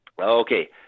Okay